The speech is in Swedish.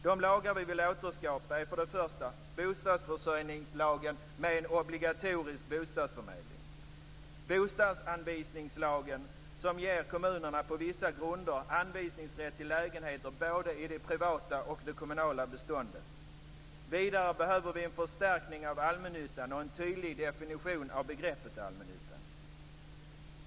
De lagar som vi vill återskapa är bostadsförsörjningslagen med obligatorisk bostadsförmedling och bostadsanvisningslagen, som ger kommunerna på vissa grunder anvisningsrätt till lägenheter både i det privata och i det kommunala beståndet. Vidare behöver vi få en förstärkning av allmännyttan och en tydlig definition av begreppet allmännytta.